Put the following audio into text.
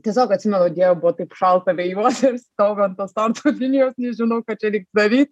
tiesiog atsimenu dieve buvo taip šalta vėjuota ir stoviu ant tos starto linijos nežinau ką čia reiks daryt